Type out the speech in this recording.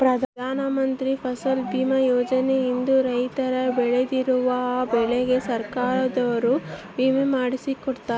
ಪ್ರಧಾನ ಮಂತ್ರಿ ಫಸಲ್ ಬಿಮಾ ಯೋಜನೆ ಇಂದ ರೈತರು ಬೆಳ್ದಿರೋ ಬೆಳೆಗೆ ಸರ್ಕಾರದೊರು ವಿಮೆ ಮಾಡ್ಸಿ ಕೊಡ್ತಾರ